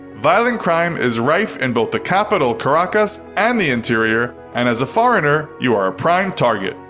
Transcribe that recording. violent crime is rife in both the capital caracas and the interior, and as a foreigner you are a prime target.